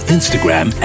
Instagram